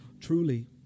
Truly